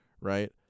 right